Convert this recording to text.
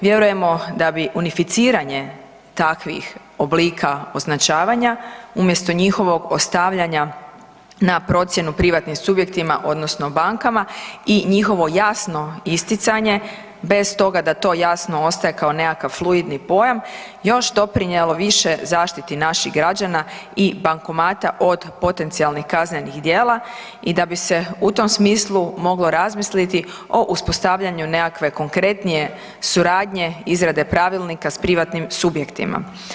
Vjerujemo da bi unificiranje takvih oblika označavanja umjesto njihovog ostavljanja na procjenu privatnim subjektima, odnosno bankama i njihovo jasno isticanje bez toga da to jasno ostaje kao nekakav fluidni pojam još doprinijelo više zaštiti naših građana i bankomata od potencijalnih kaznenih djela i da bi se u tom smislu moglo razmisliti o uspostavljanju nekakve konkretnije suradnje izrade pravilnika s privatnim subjektima.